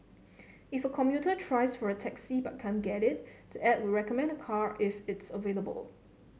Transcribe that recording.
if a commuter tries for a taxi but can't get it the app will recommend a car if it's available